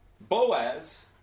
Boaz